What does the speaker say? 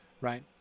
right